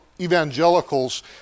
evangelicals